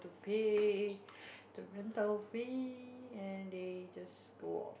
pay the rental fee and they just go off